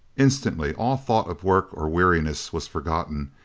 instantly all thought of work or weariness was forgotten,